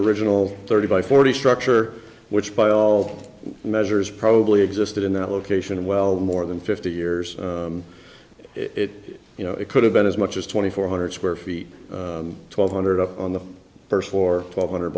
original thirty by forty structure which by all measures probably existed in that location well more than fifty years it you know it could have been as much as twenty four hundred square feet twelve hundred up on the first floor twelve hundred